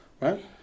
right